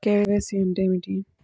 KYC అంటే ఏమిటి?